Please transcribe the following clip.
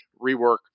rework